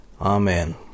Amen